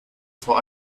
vor